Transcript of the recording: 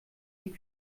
die